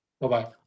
Bye-bye